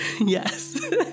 yes